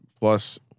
plus